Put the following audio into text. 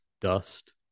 dust